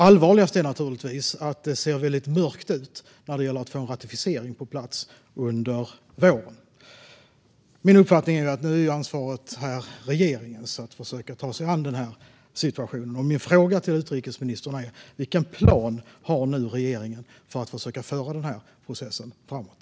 Allvarligast är naturligtvis att det ser väldigt mörkt ut när det gäller att få en ratificering på plats under våren. Min uppfattning är att ansvaret för att försöka ta sig an situationen är regeringens. Min fråga till utrikesministern är vilken plan regeringen nu har för att försöka föra den här processen framåt.